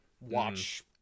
watch